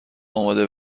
آماده